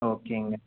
ஓகேங்க